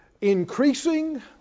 increasing